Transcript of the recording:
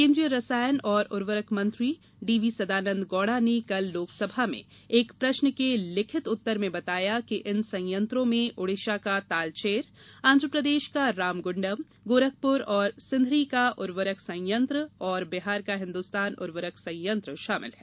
केन्द्रीय रसायन और उर्वरक मंत्री डी वी सदानन्द गौड़ा ने कल लोकसभा में एक प्रश्न के लिखित उत्तर में बताया कि इन संयंत्रों में ओड़िशा का तालचेर आंध्र प्रदेश का रामग़ंडम गोरखपुर और सिंधरी का उर्वरक संयंत्र तथा बिहार का हिन्दुस्तान उर्वरक संयंत्र शामिल है